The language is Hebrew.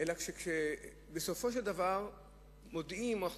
אלא שבסופו של דבר מודיעים ואנחנו